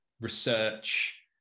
research